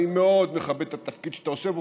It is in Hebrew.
אני מאוד מכבד את התפקיד שאתה עושה פה,